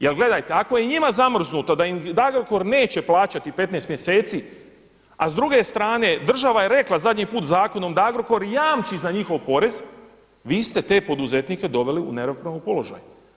Jer gledajte, ako je njima zamrznuto da im Agrokor neće plaćati 15 mjeseci, a s druge strane država je rekla zadnji put zakonom da Agrokor jamči za njihov porez, vi ste te poduzetnike doveli u neravnopravan položaj.